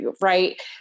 right